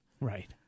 Right